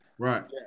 Right